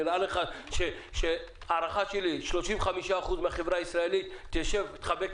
נראה לך ש-35% מן החברה הישראלית תשב בחיבוק